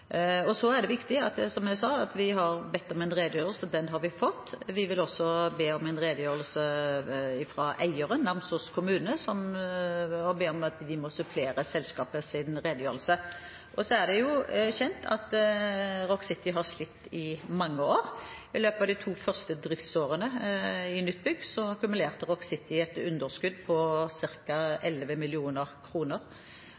er riktig at vi, som jeg sa, har bedt om en redegjørelse. Den har vi fått. Vi vil også be om en redegjørelse fra eieren, Namsos kommune, og be om at de må supplere selskapets redegjørelse. Det er kjent at Rock City har slitt i mange år. I løpet av de to første driftsårene i nytt bygg akkumulerte Rock City et underskudd på